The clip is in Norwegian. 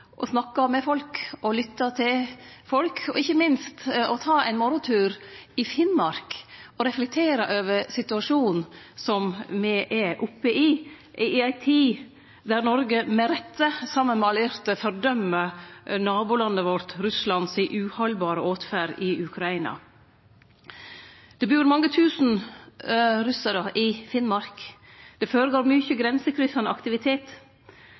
med folk, lytte til folk og ikkje minst ta ein morgontur i Finnmark og reflektere over situasjonen som me er oppe i, i ei tid då Noreg med rette, saman med allierte, fordømer nabolandet vårt, Russland, si uhaldbare åtferd i Ukraina. Det bur mange tusen russarar i Finnmark. Det føregår mykje grensekryssande aktivitet.